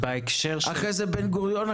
אחרי זה אוניברסיטת בן-גוריון,